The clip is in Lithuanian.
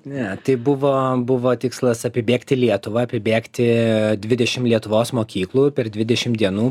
ne tai buvo buvo tikslas apibėgti lietuvą apibėgti dvidešim lietuvos mokyklų per dvidešim dienų